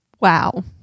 wow